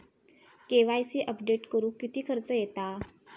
KYC update करुक किती खर्च येता?